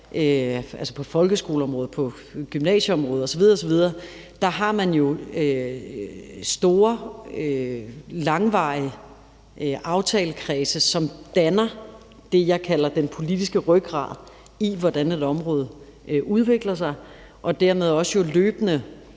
man jo på folkeskoleområdet, gymnasieområdet osv. store, langvarige aftaler, som danner det, jeg kalder den politiske rygrad i, hvordan et område udvikler sig, og der er jo dermed også løbende